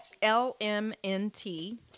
L-M-N-T